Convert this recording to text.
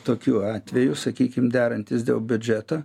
tokių atvejų sakykim derantis dėl biudžeto